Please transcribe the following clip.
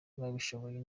babishoboye